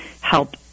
help